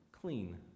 clean